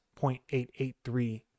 0.883